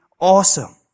awesome